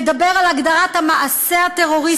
מדבר על הגדרת המעשה הטרוריסטי.